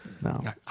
No